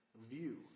view